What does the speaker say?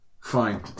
Fine